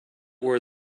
where